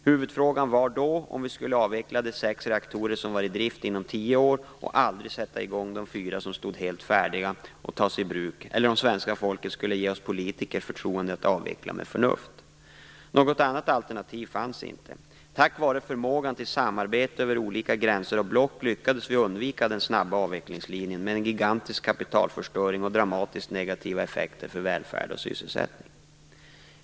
Huvudfrågan var då om vi skulle avveckla de sex reaktorer som var i drift inom tio år och aldrig sätta i gång de fyra reaktorer som stod helt färdiga att tas i bruk, eller om svenska folket skulle ge oss politiker förtroende att avveckla med förnuft. Något annat alternativ fanns inte. Tack vare förmågan till samarbete över olika gränser och block lyckades vi undvika den snabba avvecklingslinjen med en gigantisk kapitalförstöring och dramatiskt negativa effekter för välfärd och sysselsättning.